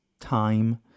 time